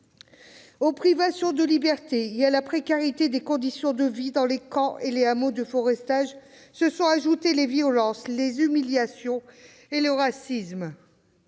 Aux privations de liberté et à la précarité des conditions de vie dans les camps et les hameaux de forestage se sont ajoutés les violences, les humiliations et le racisme.